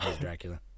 Dracula